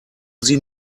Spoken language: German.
sie